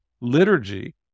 liturgy